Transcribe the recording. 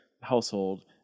household